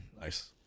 Nice